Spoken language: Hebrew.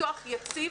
לפתוח יציב,